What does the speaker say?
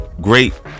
great